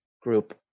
group